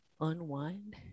unwind